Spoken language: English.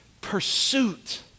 pursuit